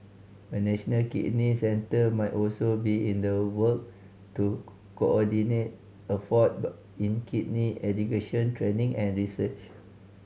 a national kidney centre might also be in the work to coordinate effort in kidney education training and research